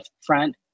front